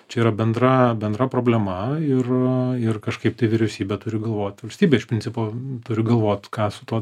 čia yra bendra bendra problema ir a ir kažkaip tai vyriausybė turi galvot valstybė iš principo turi galvot ką su tuo